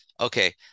Okay